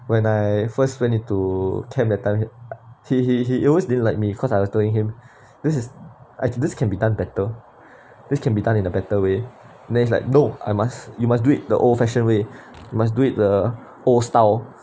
when I first went into camp that time he he always didn't like me cause I was telling him this is it this can be done better this can be done in a better way then he's like no I must you must do it the old fashioned way must do it the old style